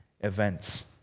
events